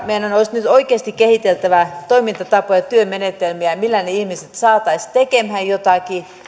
meidän olisi nyt oikeasti kehiteltävä toimintatapoja työmenetelmiä millä ne ihmiset saataisiin tekemään jotakin